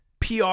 PR